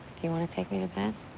do you want to take me to bed?